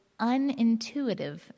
unintuitive